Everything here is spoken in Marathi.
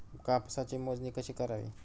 कापसाची मोजणी कशी करावी?